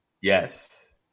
Yes